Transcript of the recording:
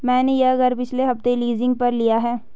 मैंने यह घर पिछले हफ्ते लीजिंग पर लिया है